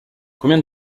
combien